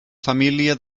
família